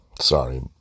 sorry